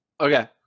okay